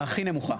הכי נמוכה.